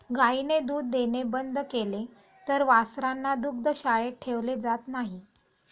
गायीने दूध देणे बंद केले तर वासरांना दुग्धशाळेत ठेवले जात नाही